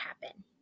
happen